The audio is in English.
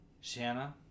shanna